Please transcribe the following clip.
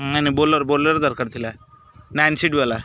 ନାଇଁ ନାଇଁ Bolero Bolero ଦରକାର ଥିଲା ନାଇନ୍ ସିଟ୍ ବାଲା